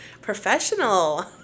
professional